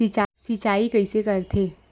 सिंचाई कइसे करथे?